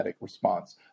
response